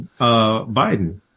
Biden